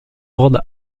ordre